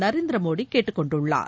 நரேந்திரமோடிகேட்டுக் கொண்டுள்ளார்